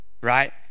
right